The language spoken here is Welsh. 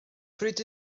pryd